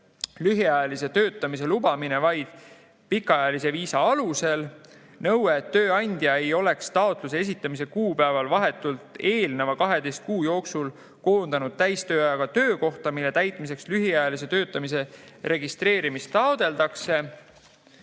lühiajalise töötamise lubamine vaid pikaajalise viisa alusel, nõue, et tööandja ei oleks taotluse esitamise kuupäevale vahetult eelnenud 12 kuu jooksul koondanud täistööajaga töökohta, mille täitmiseks lühiajalise töötamise registreerimist taotletakse.